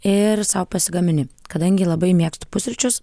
ir sau pasigamini kadangi labai mėgstu pusryčius